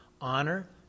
Honor